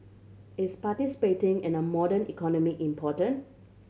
is participating in a modern economy important